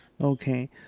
Okay